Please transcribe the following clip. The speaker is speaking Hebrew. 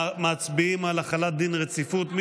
מצביעים על החלת דין רציפות.